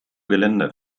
geländer